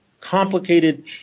complicated